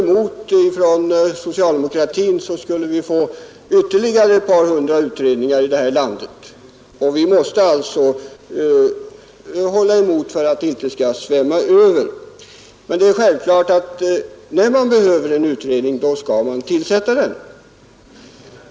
Om vi från socialdemokratin inte höll emot, skulle vi kanske få ytterligare ett par hundra utredningar i detta land. Vi måste hålla emot för att det inte skall svämma över. Men det är självklart att man, när man behöver en utredning, skall tillsätta den.